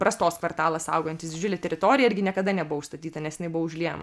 brastos kvartalas augantis didžiulė teritorija irgi niekada nebuvo užstatyta nes jinai buvo užliejama